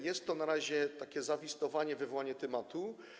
Jest to na razie takie awizowanie, wywołanie tematu.